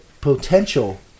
potential